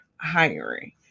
hiring